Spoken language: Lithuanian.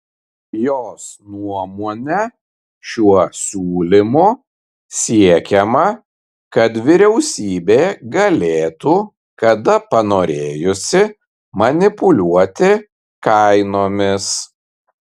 jos nuomone šiuo siūlymu siekiama kad vyriausybė galėtų kada panorėjusi manipuliuoti kainomis